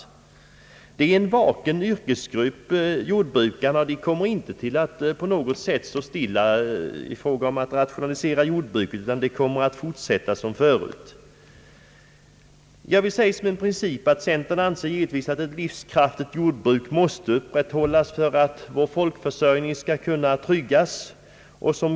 Jordbrukarna är en vaken yrkesgrupp som inte på något sätt kommer att stå stilla när det gäller att rationalisera jordbruket. Centern anser att ett livskraftigt jordbruk måste upprätthållas för att vår folkförsörjning skall kunna tryggas.